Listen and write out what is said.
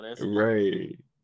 Right